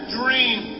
dream